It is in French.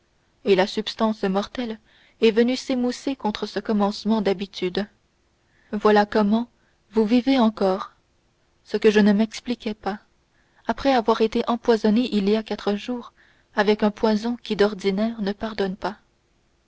et la substance mortelle est venue s'émousser contre ce commencement d'habitude voilà comment vous vivez encore ce que je ne m'expliquais pas après avoir été empoisonnée il y a quatre jours avec un poison qui d'ordinaire ne pardonne pas